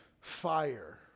fire